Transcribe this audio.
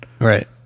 Right